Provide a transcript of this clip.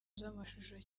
z’amashusho